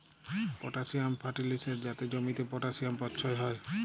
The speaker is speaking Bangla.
পটাসিয়াম ফার্টিলিসের যাতে জমিতে পটাসিয়াম পচ্ছয় হ্যয়